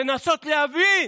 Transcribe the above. לנסות להבין,